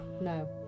No